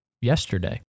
yesterday